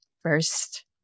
first